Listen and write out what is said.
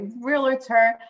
realtor